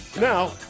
Now